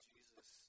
Jesus